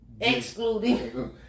Excluding